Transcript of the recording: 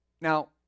Now